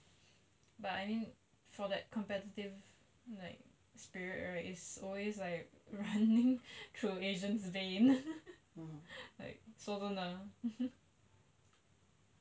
but I mean for that competitive like spirit right it's always like running through asian's vein like 说真的